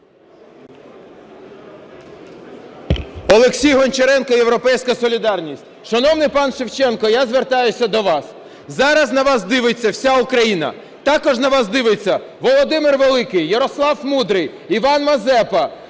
Олексій Гончаренко, "Європейська солідарність". Шановний пане Шевченко, я звертаюсь до вас. Зараз на вас дивиться вся Україна. Також на вас дивиться Володимир Великий, Ярослав Мудрий, Іван Мазепа,